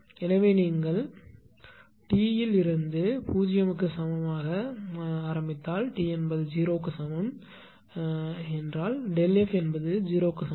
எனவே நீங்கள் t இல் இருந்து 0 க்கு சமமாக ஆரம்பித்தால் t என்பது 0 க்கு சமம் என்றால் F என்பது 0 க்கு சமம்